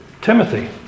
Timothy